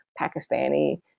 pakistani